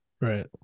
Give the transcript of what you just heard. Right